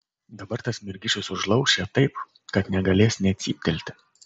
dabar tas mergišius užlauš ją taip kad negalės nė cyptelti